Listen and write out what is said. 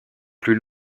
plus